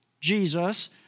Jesus